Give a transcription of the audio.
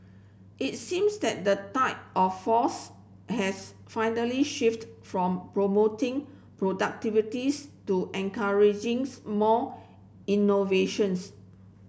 it seems that the tide of force has finally shifted from promoting productivities to encouraging more innovations